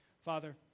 Father